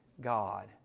God